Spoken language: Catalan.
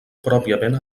pròpiament